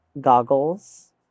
goggles